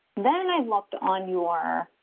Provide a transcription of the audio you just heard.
then i looked on your